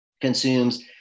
consumes